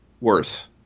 Worse